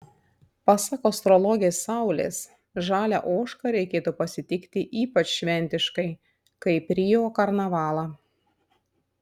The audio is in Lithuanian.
pasak astrologės saulės žalią ožką reikėtų pasitikti ypač šventiškai kaip rio karnavalą